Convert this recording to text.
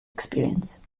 experience